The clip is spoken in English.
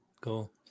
Cool